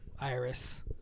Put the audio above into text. Iris